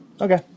Okay